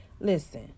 Listen